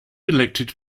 elected